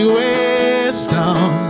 wisdom